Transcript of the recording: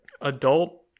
adult